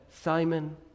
Simon